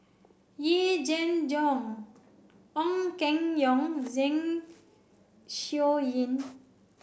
Yee Jenn Jong Ong Keng Yong Zeng Shouyin